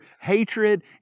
hatred